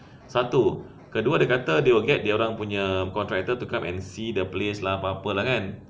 satu kedua dia kata they will get dia orang punya contractor to come and see the place lah apa-apa lah kan